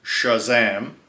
Shazam